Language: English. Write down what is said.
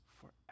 forever